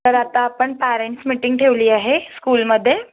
तर आता आपण पॅरेंट्स मीटिंग ठेवली आहे स्कूलमध्ये